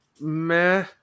meh